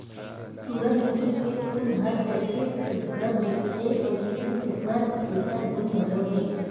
सूरजमूखी के फूल ह जतके सुग्घर दिखथे वइसने सुघ्घर एखर गुन घलो हे